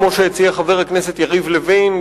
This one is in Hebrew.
כמו שהציע חבר הכנסת יריב לוין,